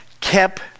kept